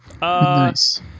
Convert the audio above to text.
Nice